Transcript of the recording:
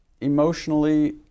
emotionally